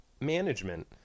management